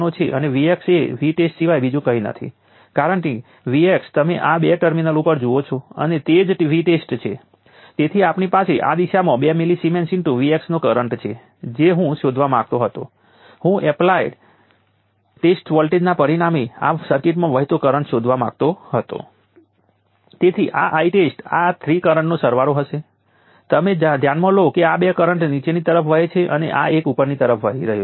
તેને t 0 માટે 0 કહીએ પછી તે 10 માઇક્રો સેકન્ડના ઈન્ટરવલમાં 5 વોલ્ટ સુધી વધે છે અને હું ધારું છું કે તે સીધી રેખામાં વધશે અને પછી તે 5 વોલ્ટ ઉપર સ્થિર રહે છે અને ચાલો કહીએ કે કેપેસિટરનું મૂલ્ય 10 નેનો ફેરાડ છે